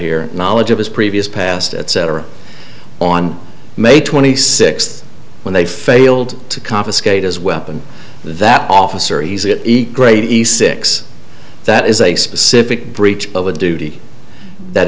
here knowledge of his previous past etc on may twenty sixth when they failed to confiscate his weapon that officer easy eat great east six that is a specific breach of a duty that